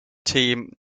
team